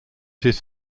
his